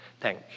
Thank